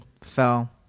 fell